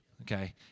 Okay